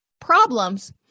problems –